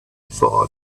thought